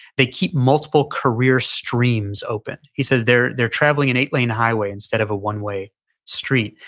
they keep multiple careers streams open. he says they're they're traveling in eight lane highway instead of a one way street.